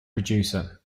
producer